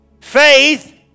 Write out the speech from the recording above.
Faith